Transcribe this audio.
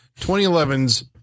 2011's